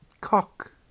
cock